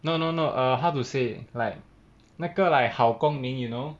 no no no err how to say like 那个 like 好公民 you know